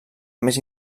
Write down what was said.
més